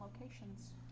locations